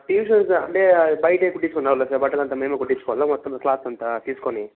tuitions అంటే బయటే కుట్టించుకొని రావాలా సార్ బట్టలంతా మేమే కుట్టించుకోవాల మొత్తం క్లాత్ అంతా తీసుకొని